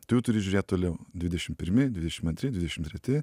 tu jau turi žiūrėt toliau dvidešim pirmi dvidešim antri dvidešim treti